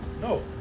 No